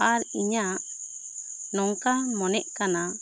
ᱟᱨ ᱤᱧᱟᱹᱜ ᱱᱚᱝᱠᱟᱱ ᱢᱚᱱᱮᱜ ᱠᱟᱱᱟ